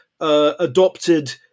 Adopted